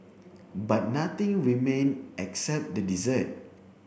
but nothing remained except the desert